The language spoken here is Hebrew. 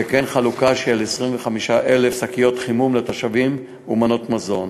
וכן חלוקה של 25,000 שקיות חימום לתושבים ומנות מזון.